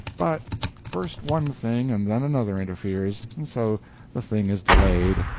but first one thing and then another interferes, and so the thing is delayed.